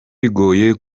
bigoye